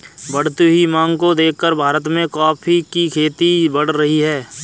बढ़ती हुई मांग को देखकर भारत में कॉफी की खेती बढ़ रही है